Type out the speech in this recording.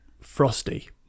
Frosty